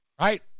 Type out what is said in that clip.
right